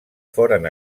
foren